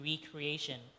recreation